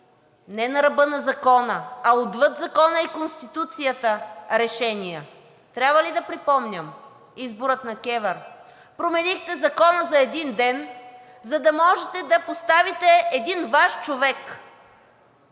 не на ръба на закона, а отвъд закона и Конституцията решения. Трябва ли да припомням избора на КЕВР – променихте закона за един ден, за да можете да поставите един Ваш човек